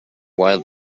while